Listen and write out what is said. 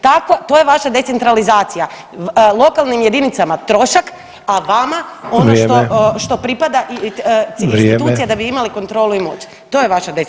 To je vaša decentralizacija, lokalnim jedinicama trošak, a vama ono što [[Upadica: Vrijeme]] što pripada institucijama [[Upadica: Vrijeme]] da bi imali kontrolu i moć, to je vaša